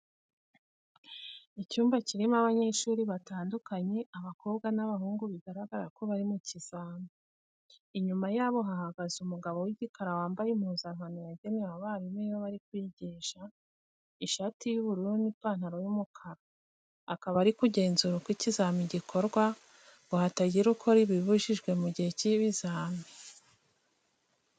Icyumba kirimo abanyeshuri batandukanye, abakobwa n'abahungu bigaragara ko bari mu kizami. Inyuma yabo hahagaze umugabo w'igikara wambaye impuzankano yagenewe abarimu iyo bari kwigisha, ishati y'ubururu n'ipantaro y'umukara. Akaba ari kugenzura uko ikizami gikorwa, ngo hatagira ukora ibibujijwe mu gihe cy'ibizami.